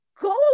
go